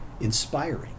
inspiring